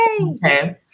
Okay